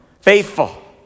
faithful